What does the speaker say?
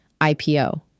IPO